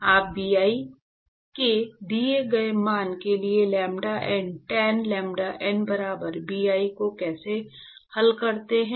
आप Bi के दिए गए मान के लिए lambda n tan lambda n बराबर Bi को कैसे हल करते हैं